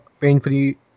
pain-free